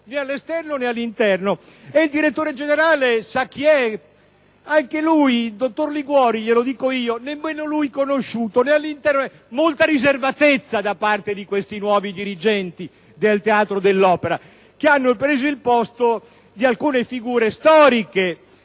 né all'interno né all'esterno. E il direttore generale, lo sa chi è? È il dottor Antonio Liguori, glielo dico io, nemmeno lui conosciuto né all'interno né all'esterno. Molta riservatezza da parte di questi nuovi dirigenti del Teatro dell'Opera che hanno preso il posto di alcune figure storiche